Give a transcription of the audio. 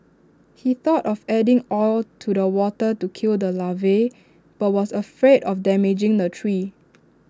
he thought of adding oil to the water to kill the larvae but was afraid of damaging the tree